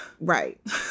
Right